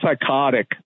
psychotic